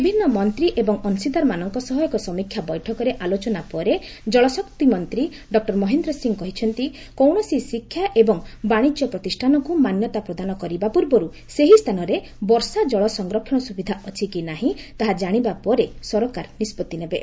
ବିଭିନ୍ନ ମନ୍ତ୍ରୀ ଏବଂ ଅଶୀଦାରମାନଙ୍କ ସହ ଏକ ସମୀକ୍ଷା ବୈଠକରେ ଆଲୋଚନା ପରେ ଜଳଶକ୍ତି ମନ୍ତ୍ରୀ ଡଃ ମହେନ୍ଦ୍ର ସିଂ କହିଛନ୍ତି କୌଣସି ଶିକ୍ଷା ଏବଂ ବାଣିଜ୍ୟ ପ୍ରତିଷ୍ଠାନକୁ ମାନ୍ୟତା ପ୍ରଦାନ କରିବା ପୂର୍ବରୁ ସେହି ସ୍ଥାନରେ ବର୍ଷା ଜଳ ସଂରକ୍ଷଣ ସୁବିଧା ଅଛି କି ନାହିଁ ତାହା ଜାଣିବା ପରେ ସରକାର ନିଷ୍ପଭି ନେବେ